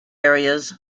areas